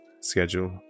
schedule